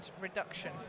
reduction